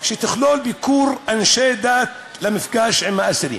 שתכלול ביקור אנשי דת, מפגש עם האסירים,